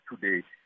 today